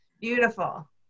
beautiful